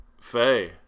Faye